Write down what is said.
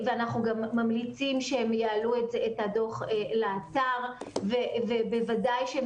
אנחנו גם ממליצים שהם יעלו את הדוח לאתר ובוודאי שהם